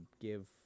give